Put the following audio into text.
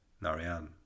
Narayan